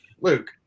Luke